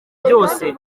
byose